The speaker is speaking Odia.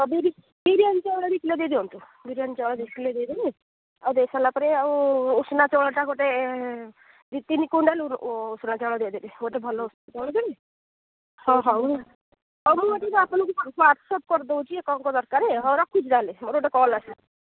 ଆଉ ବିରି ବିରିଆନି ଚାଉଳ ଦୁଇ କିଗ୍ରା ଦେଇଦିଅନ୍ତୁ ବିରିଆନୀ ଚାଉଳ ଦୁଇ କିଲୋ ଦେଇଦେବେ ଆଉ ଦେଇସାଇଲା ପରେ ଆଉ ଉଷୁନା ଚାଉଳଟା ଗୋଟେ ଦୁଇ ତିନି କୁଇଣ୍ଟାଲ୍ ଉଷୁନା ଚାଉଳ ଦେଇଦେବେ ଗୋଟିଏ ଭଲ ଉଷୁନା ଚାଉଳ ଦେବେ ହଉ ହଉ ହଉ ମୁଁ ଆପଣଙ୍କୁ ୱାଟସପ୍ କରିଦେଉଛି କ'ଣ କ'ଣ ଦରକାର ହଉ ରଖୁଛି ତାହେଲେ ମୋର ଗୋଟିଏ କଲ୍ ଆସିଲା